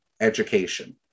education